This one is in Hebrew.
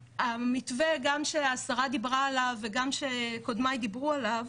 המתווה גם שהשרה דיברה עליו וגם שקודמיי דיברו עליו,